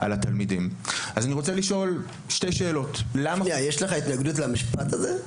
אני רוצה לשאול שתי שאלות --- יש לך התנגדות למשפט הזה?